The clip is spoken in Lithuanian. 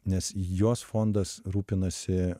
nes jos fondas rūpinasi